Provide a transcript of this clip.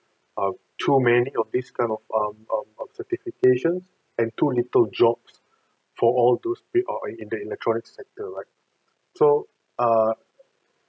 uh too many of these kind of um um um certifications and too little jobs for all those stay or in the electronics sector right so uh